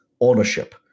ownership